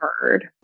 heard